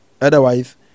otherwise